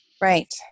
Right